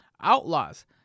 outlaws